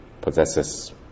possesses